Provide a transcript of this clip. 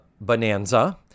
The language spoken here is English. Bonanza